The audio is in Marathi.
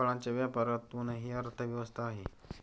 फळांच्या व्यापारातूनही अर्थव्यवस्था आहे